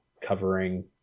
covering